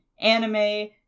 anime